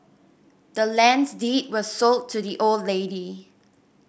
the land's deed was sold to the old lady